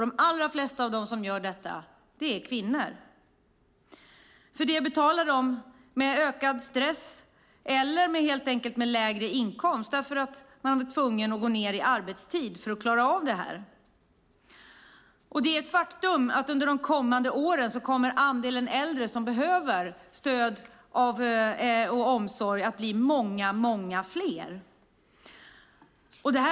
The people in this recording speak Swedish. De allra flesta av dem som gör detta är kvinnor. För det betalar de med ökad stress - eller helt enkelt lägre inkomst, eftersom de blir tvungna att gå ned i arbetstid för att klara detta. Det är ett faktum att andelen äldre som behöver stöd och omsorg kommer att bli många, många fler under de kommande åren.